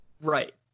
Right